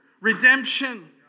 redemption